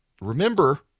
Remember